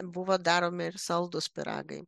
buvo daromi ir saldūs pyragai